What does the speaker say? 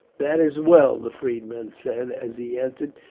that is well, the freedman said as he entered.